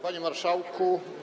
Panie Marszałku!